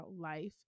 life